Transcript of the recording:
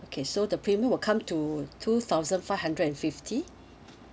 okay so the premium will come to two thousand five hundred and fifty